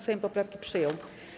Sejm poprawki przyjął.